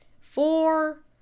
Four